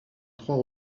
trois